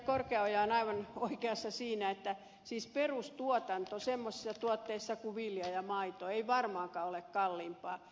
korkeaoja on aivan oikeassa siinä että perustuotanto semmoisissa tuotteissa kuin vilja ja maito ei varmaankaan ole kalliimpaa